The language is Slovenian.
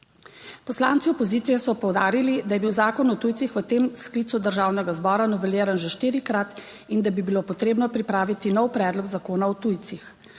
Poslanci opozicije so poudarili, da je bil zakon o tujcih v tem sklicu Državnega zbora noveliran že štirikrat in da bi bilo potrebno pripraviti nov predlog zakona o tujcih.